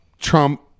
Trump